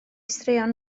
straeon